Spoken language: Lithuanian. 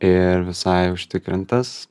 ir visai užtikrintas